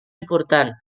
important